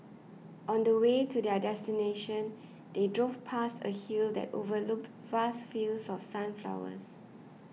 on the way to their destination they drove past a hill that overlooked vast fields of sunflowers